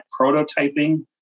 prototyping